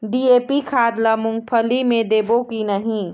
DAP खाद ला मुंगफली मे देबो की नहीं?